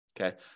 Okay